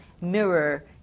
mirror